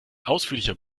ausführlicher